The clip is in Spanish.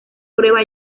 prueba